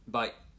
Bye